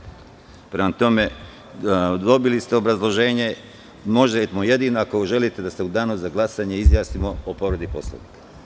Prema tome, dobili ste obrazloženje, jedino ako želite da se u danu za glasanje izjasnimo o povredi Poslovnika?